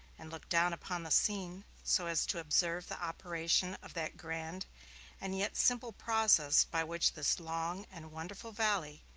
and look down upon the scene, so as to observe the operation of that grand and yet simple process by which this long and wonderful valley,